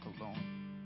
alone